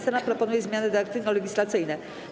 Senat proponuje zmiany redakcyjno-legislacyjne.